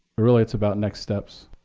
really it's about next steps.